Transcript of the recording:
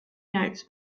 notes